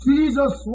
Jesus